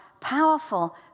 powerful